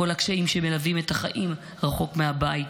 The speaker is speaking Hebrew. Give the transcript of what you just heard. כל הקשיים שמלווים את החיים רחוק מהבית,